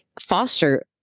Foster